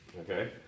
okay